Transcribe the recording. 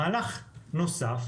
מהלך נוסף